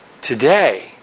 today